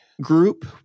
group